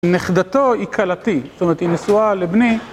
נכדתו היא כלתי, זאת אומרת היא נשואה לבני.